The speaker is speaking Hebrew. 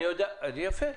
אז יפה.